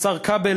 השר כבל,